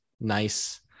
nice